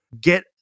Get